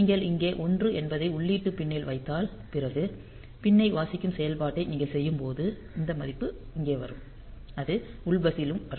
நீங்கள் இங்கே 1 என்பதை உள்ளீட்டு பின் னில் வைத்தால் பிறகு பின் னை வாசிக்கும் செயல்பாட்டை நீங்கள் செய்யும்போது இந்த மதிப்பு இங்கே வரும் அது உள் பஸ்ஸிலும் வரும்